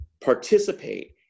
participate